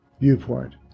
viewpoint